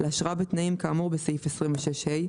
לאשרה בתנאים כאמור בסעיף 26ה,